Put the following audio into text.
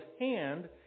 hand